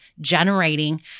generating